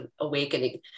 awakening